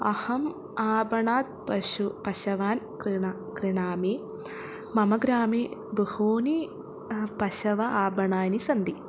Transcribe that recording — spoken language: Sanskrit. अहम् आपणात् पशुः पशून् क्रीणामि क्रिणामि मम ग्रामे बहूनि पशवः आपणानि सन्ति